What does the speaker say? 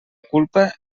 culpa